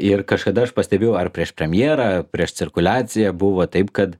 ir kažkada aš pastebėjau ar prieš premjerą ar prieš cirkuliaciją buvo taip kad